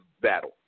battle